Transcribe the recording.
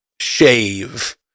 shave